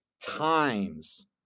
times